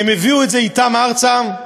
הם הביאו אותה אתם ארצה,